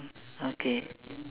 okay